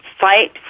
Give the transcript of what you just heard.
fight